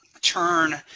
turn